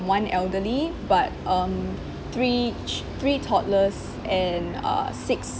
one elderly but um three three toddlers and uh six